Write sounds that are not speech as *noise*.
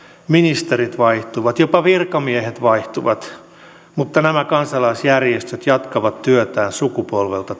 ministerit vaihtuvat jopa virkamiehet vaihtuvat mutta nämä kansalaisjärjestöt jatkavat työtään sukupolvesta *unintelligible*